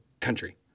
country